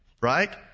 Right